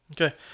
Okay